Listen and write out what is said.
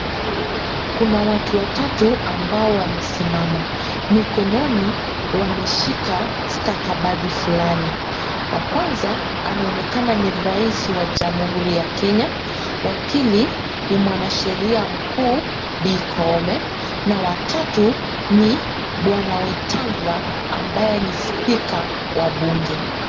Kuna watu watatu ambao wamesimama, mikononi wameshika stakabadhi fulani. Wa kwanza anaonekana ni rais wa jamuhuri ya Kenya, wa pili ni mwanasheria mkuu bi Koome na wa tatu ni bwana Wetangula ambaye ni spika wa bunge.